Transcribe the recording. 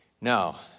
now